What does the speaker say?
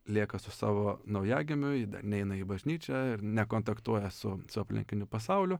lieka su savo naujagimiu ji dar neina į bažnyčią ir nekontaktuoja su su aplinkiniu pasauliu